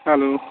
hello